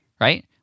right